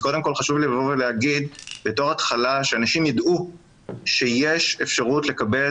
אז קודם כל חשוב לי להגיד בתור התחלה שאנשים ידעו שיש אפשרות לקבל